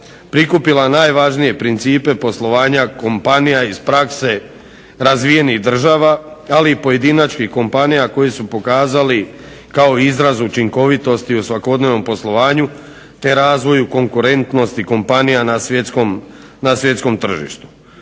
prikupila najvažnije principe poslovanja kompanija iz prakse razvijenih država, ali i pojedinačnih kompanija koji su pokazali kao izraz učinkovitosti u svakodnevnom poslovanju, te razvoju konkurentnosti kompanija na svjetskom tržištu.